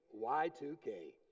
Y2K